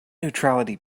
neutrality